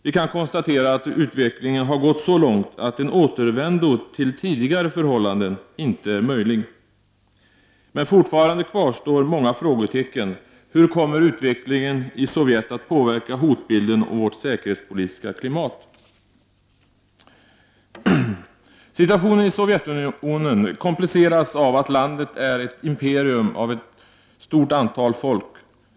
Vi kan konstatera att utvecklingen har gått så långt att en återvändo till tidigare förhållanden inte är möjlig. Men fortfarande kvarstår många frågetecken. Hur kommer utvecklingen i Sovjet att påverka hotbilden och vårt säkerhetspolitiska klimat? Situationen i Sovjetunionen kompliceras av att landet är ett imperium med ett stort antal folk.